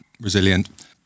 resilient